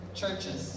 churches